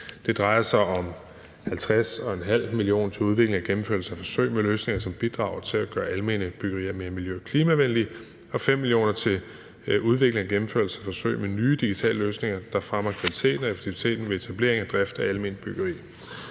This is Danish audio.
Det drejer sig om 50,5 mio. kr. til udvikling og gennemførelse af forsøg med løsninger, som bidrager til at gøre almene byggerier mere miljø- og klimavenlige, og 5 mio. kr. til udvikling og gennemførelse af forsøg med nye digitale løsninger, der fremmer kvaliteten og effektiviteten ved etablering af drift af alment byggeri.